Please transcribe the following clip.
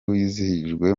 wizihijwe